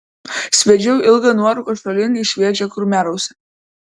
sviedžiau ilgą nuorūką šalin į šviežią kurmiarausį